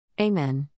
Amen